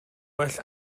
well